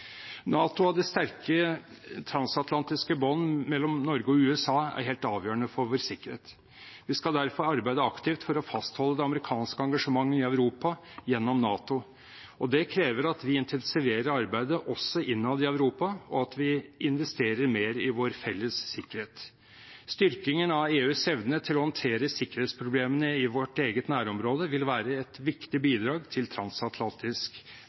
NATO og det sterke transatlantiske bånd mellom Norge og USA er helt avgjørende for vår sikkerhet. Vi skal derfor arbeide aktivt for å fastholde det amerikanske engasjement i Europa gjennom NATO. Det krever at vi intensiverer arbeidet også innad i Europa, og at vi investerer mer i vår felles sikkerhet. Styrkingen av EUs evne til å håndtere sikkerhetsproblemene i vårt eget nærområde vil være et viktig bidrag til transatlantisk,